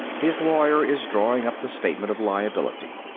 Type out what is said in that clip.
his lawyer is drawing up the statement of liability.